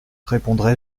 répondrai